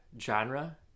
genre